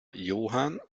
johann